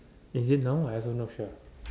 as in now I also not sure